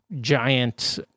giant